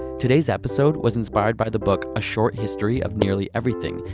today's episode was inspired by the book a short history of nearly everything,